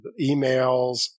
emails